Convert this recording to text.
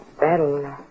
that'll